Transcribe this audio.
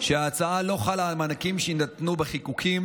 שההצעה לא חלה על מענקים שיינתנו בחיקוקים,